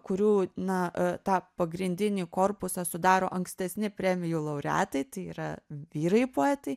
kurių na tą pagrindinį korpusą sudaro ankstesni premijų laureatai tai yra vyrai poetai